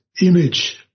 image